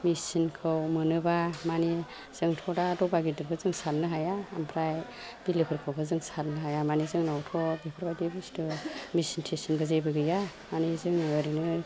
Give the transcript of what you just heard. मिसिनखौ मोनोबा मानि जोंथ' दा दबा गिदिरखौ जों सारनो हाया ओमफ्राय बिलोफोरखौबो जों सारनो हाया मानि जोंनावथ' बेफोर बायदि बुस्थु मेसिन थिसिनबो जेबो गैया मानि जोङो ओरैनो